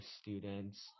students